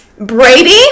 Brady